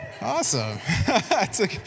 awesome